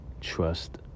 trust